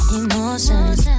emotions